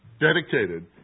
Dedicated